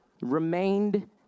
remained